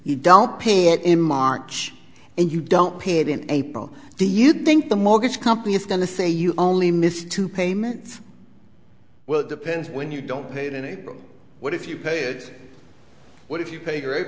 you don't pay it in march and you don't pay it in april do you think the mortgage company is going to say you only missed two payments well it depends when you don't pay it in april what if you pay it what if you